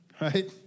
right